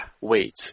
wait